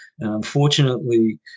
Unfortunately